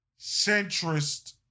centrist